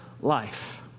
life